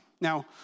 Now